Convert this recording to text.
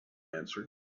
answered